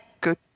good